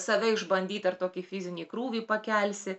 save išbandyt ar tokį fizinį krūvį pakelsi